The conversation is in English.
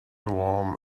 warm